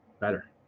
better